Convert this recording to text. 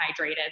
hydrated